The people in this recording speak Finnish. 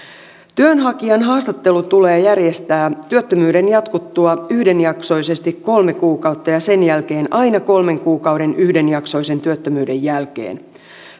työnhakijan haastattelu tulee järjestää työttömyyden jatkuttua yhdenjaksoisesti kolme kuukautta ja sen jälkeen aina kolmen kuukauden yhdenjaksoisen työttömyyden jälkeen